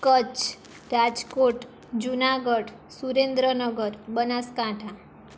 Kutch Rajkot Junagadh Surendranagar Banaskantha